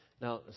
Now